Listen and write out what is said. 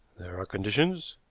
there are conditions,